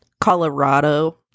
Colorado